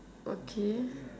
okay